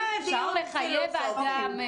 זה דיון פילוסופי.